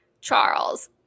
Charles